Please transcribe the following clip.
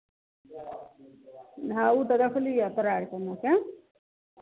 हँ ओ तऽ देखलियह तोरा अरके ओन्नऽ के